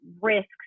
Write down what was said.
risks